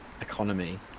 economy